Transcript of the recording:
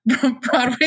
Broadway